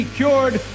cured